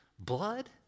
blood